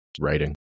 writing